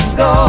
go